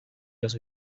los